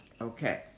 Okay